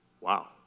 Wow